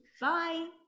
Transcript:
bye